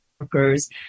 workers